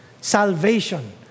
Salvation